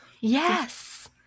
Yes